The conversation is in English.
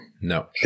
No